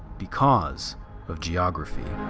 because of geography.